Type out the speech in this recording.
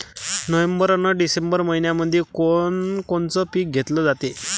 November अन December मइन्यामंधी कोण कोनचं पीक घेतलं जाते?